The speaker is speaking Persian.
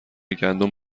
گندم